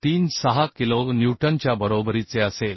36 kilo न्यूटनच्या बरोबरीचे असेल